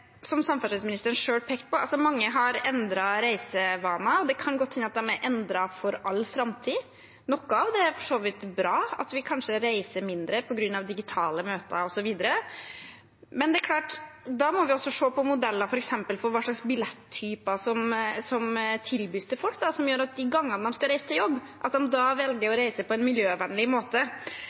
Som samferdselsministeren pekte på selv, har mange endrede reisevaner. Det kan godt hende at de er endret for all framtid. Noe av det er for så vidt bra – at vi kanskje reiser mindre på grunn av digitale møter osv. Men det er klart at da må vi også f.eks. se på modeller for hva slags billettyper som tilbys folk, slik at de de gangene de skal reise til jobb, velger å reise på en miljøvennlig måte.